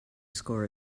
score